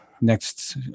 next